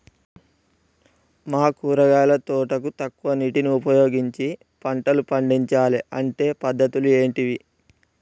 మా కూరగాయల తోటకు తక్కువ నీటిని ఉపయోగించి పంటలు పండించాలే అంటే పద్ధతులు ఏంటివి?